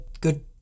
Good